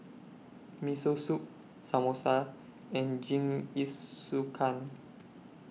Miso Soup Samosa and Jingisukan